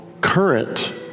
current